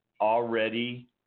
already